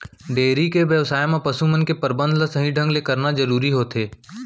dairy के बेवसाय म पसु मन के परबंध ल सही ढंग ले करना जरूरी होथे